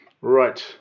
Right